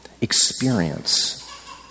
experience